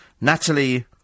Natalie